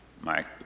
Mike